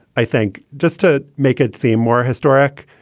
i think just to make it seem more historic,